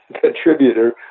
contributor